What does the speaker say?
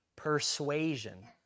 persuasion